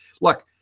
look